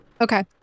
Okay